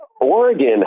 Oregon